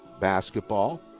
basketball